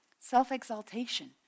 Self-exaltation